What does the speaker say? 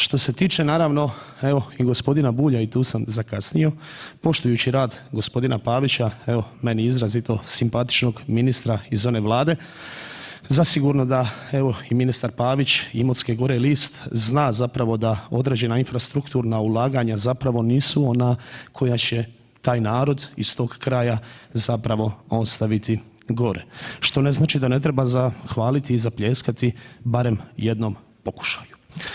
Što se tiče naravno evo i gospodina Bulja i tu sam zakasnio, poštujući rad gospodina Pavića evo meni izrazito simpatičnog ministra iz one Vlade, zasigurno da ministar Pavić imotske gore list, zna zapravo da određena infrastrukturna ulaganja nisu ona koja će taj narod iz tog kraja ostaviti gore, što ne znači da ne treba zahvaliti i zapljeskati barem jednom pokušaju.